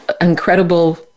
incredible